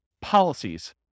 policies